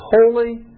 holy